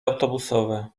autobusowe